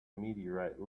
meteorite